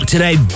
Today